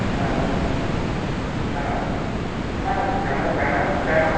হ্যাঁ হ্যাঁ হ্যাঁ কেন কেন কেন